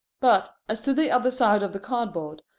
but, as to the other side of the cardboard,